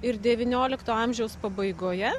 ir devyniolikto amžiaus pabaigoje